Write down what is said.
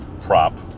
prop